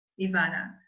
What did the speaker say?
Ivana